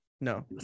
No